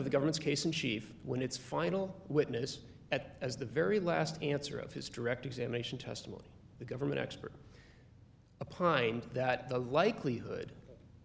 of the government's case in chief when its final witness at as the very last answer of his direct examination testimony the government expert a pint that the likelihood